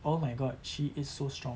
oh my god she is so strong